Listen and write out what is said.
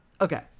Okay